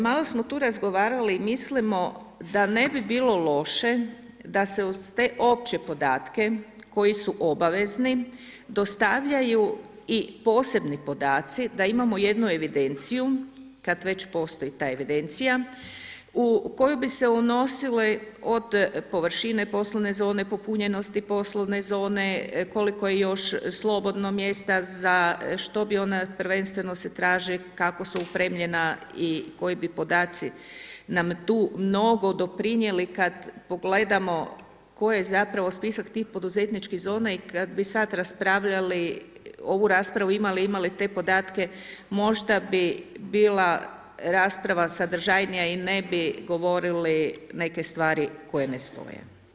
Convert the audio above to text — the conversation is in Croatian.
Malo smo tu razgovarali, mislimo da ne bi bilo loše, da se uz te opće podatke koji su obavezni, dostavljaju i posebni podaci, da imamo jednu evidenciju, kad već postoji ta evidencija, u koje bi se unosile od površine poslovne zone, popunjenosti poslovne zone, koliko je još slobodnog mjesta, za, što bi ona, prvenstveno se traži, kako su opremljena i koji bi podaci, nam tu mnogo doprinijeli, kad pogledamo tko je zapravo spisak tih poduzetničkih zona i kad bi sad raspravljali, ovu raspravu, imali, imali te podatke, možda bi bila rasprava sadržajnija i ne bi govorili neke stvari koje ne stoje.